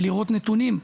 לראות נתונים,